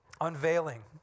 Unveiling